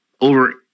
over